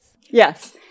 Yes